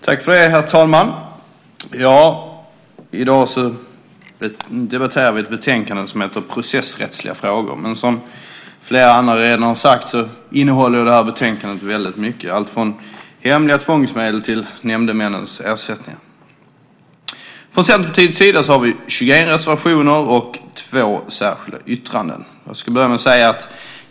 Herr talman! I dag debatterar vi ett betänkande som heter Processrättsliga frågor . Som flera andra redan har sagt innehåller betänkandet mycket, alltifrån hemliga tvångsmedel till nämndemännens ersättningar. Centerpartiet har 21 reservationer och två särskilda yttranden.